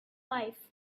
life